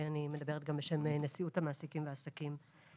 אני מדברת גם בשם נשיאות המעסיקים והעסקים.